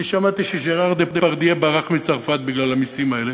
אני שמעתי שז'ראר דפרדיה ברח מצרפת בגלל המסים האלה